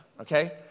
okay